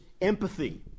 empathy